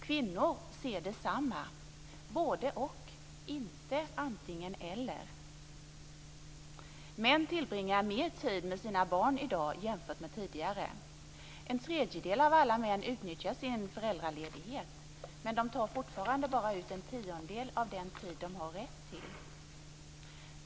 Kvinnor ser detsamma - både-och, inte antingen-eller. Män tillbringar mer tid med sina barn i dag än tidigare. En tredjedel av alla män utnyttjar sin föräldraledighet, men de tar fortfarande bara ut en tiondel av den tid de har rätt till.